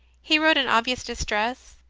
he wrote in obvious distress,